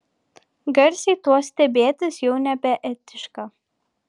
garsiai tuo stebėtis jau nebeetiška